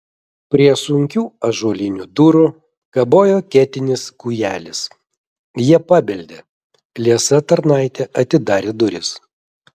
prie sunkių ąžuolinių durų kabojo ketinis kūjelis jie pabeldė liesa tarnaitė atidarė duris